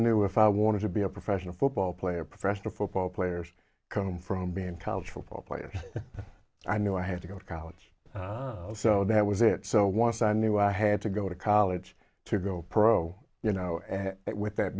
knew if i wanted to be a professional football player professional football players come from being culture for players i knew i had to go to college so that was it so once i knew i had to go to college to go pro you know with that